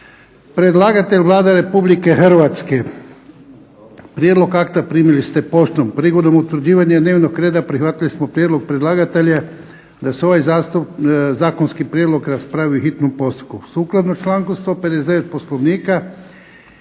Predlagatelj Vlada Republike Hrvatske. Prijedlog akta primili ste poštom, prigodom utvrđivanja dnevnog reda prihvatili smo prijedlog predlagatelja da se ovaj zakonski prijedlog raspravi u hitnom postupku.